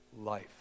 life